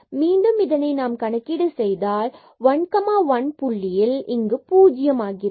மீண்டும் இதனை நாம் கணக்கீடு செய்தால் இந்த 1 1 புள்ளியில் இங்கு பூஜ்ஜியம் கிடைக்கிறது